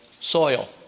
soil